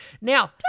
Now